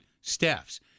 staffs